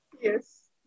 Yes